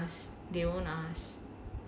no they won't ask they won't ask